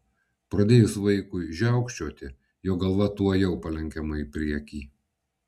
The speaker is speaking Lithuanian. pradėjus vaikui žiaukčioti jo galva tuojau palenkiama į priekį